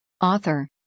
Author